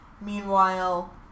Meanwhile